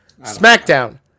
SmackDown